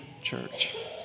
church